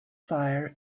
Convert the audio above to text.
fire